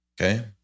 Okay